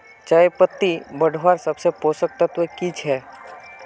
चयपत्ति बढ़वार सबसे पोषक तत्व की छे?